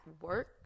work